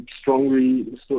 strongly